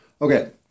Okay